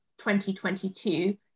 2022